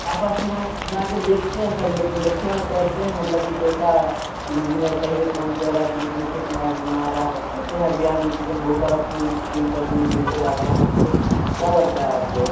तो आप और थोड़ा जा कर देखते हैं संडे के दिन अच्छा करते हैं मतलब कि कैसा इंजीनियर सही से काम कर रहा है कि डुप्लिकेट माल बना रहा है पता है बिहार में कितने बहुत सारे पुल दिन ब दिन गिरते जाते हैं तो क्या लगता है आपको